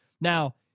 Now